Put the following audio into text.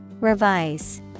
Revise